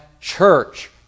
church